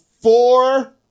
Four